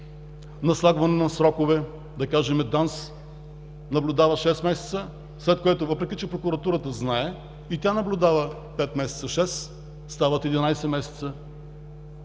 наслагване на срокове – да кажем ДАНС наблюдава шест месеца, след което, въпреки че прокуратурата знае, и тя наблюдава пет, шест месеца, стават 11 месеца,